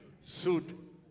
suit